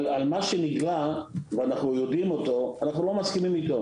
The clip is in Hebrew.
אנחנו לא מסכימים עם מה שאנחנו יודעים.